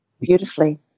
beautifully